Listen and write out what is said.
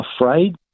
afraid